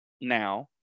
now